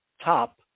top